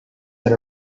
that